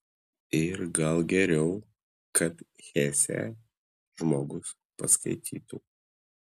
ir gal geriau kad hesę žmogus paskaitytų